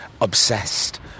obsessed